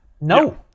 No